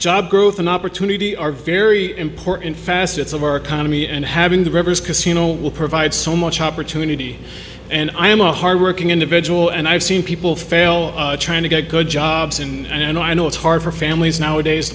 job growth and opportunity are very important facets of our economy and having the rivers casino will provide so much opportunity and i am a hard working individual and i've seen people fail trying to get good jobs and i know it's hard for families nowadays